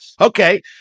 okay